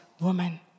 woman